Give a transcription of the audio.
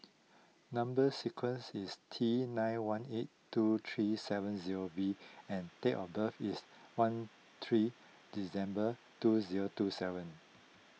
Number Sequence is T nine one eight two three seven zero V and date of birth is one three December two zero two seven